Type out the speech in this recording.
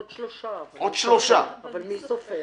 עוד שלושה, אבל מי סופר.